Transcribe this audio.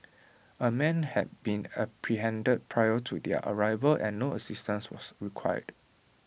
A man had been apprehended prior to their arrival and no assistance was required